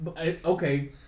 Okay